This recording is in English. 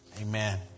amen